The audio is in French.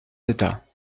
d’état